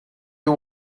you